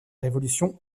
révolution